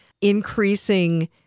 increasing